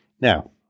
Now